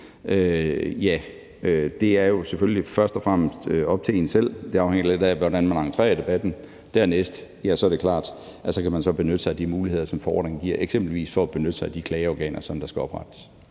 behandlet, er selvfølgelig først og fremmest op til en selv – det afhænger lidt af, hvordan entrerer debatten. Dernæst er det klart, at man så kan benytte sig af de muligheder, som forordningen giver, eksempelvis benytte sig af de klageorganer, som skal oprettes.